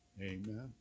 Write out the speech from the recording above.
Amen